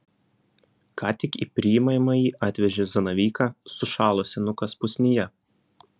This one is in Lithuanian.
ką tik į priimamąjį atvežė zanavyką sušalo senukas pusnyje